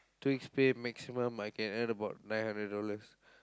two weeks pay maximum I can earn about nine hundred dollars